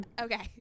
okay